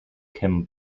kim